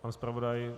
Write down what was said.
Pan zpravodaj?